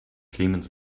clemens